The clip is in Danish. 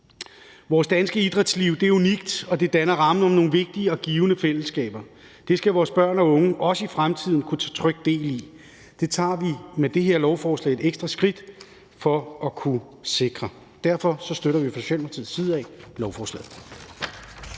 Vores danske idrætsliv er unikt, og det danner rammen om nogle vigtige og givende fællesskaber. Det skal vores børn og unge også i fremtiden trygt kunne tage del i. Det tager vi med det her lovforslag et ekstra skridt for at kunne sikre. Derfor støtter vi fra Socialdemokratiets side lovforslaget.